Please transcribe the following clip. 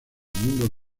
mundo